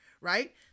right